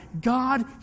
God